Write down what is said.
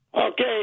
Okay